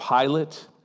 Pilate